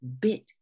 bit